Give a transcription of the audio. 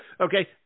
Okay